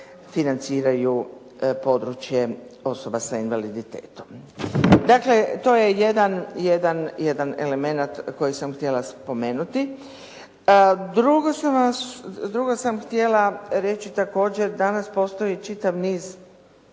financiraju područje osoba sa invaliditetom. Dakle, to je jedan element koji sam htjela spomenuti. Drugo sam htjela reći također, danas postoji čitav niz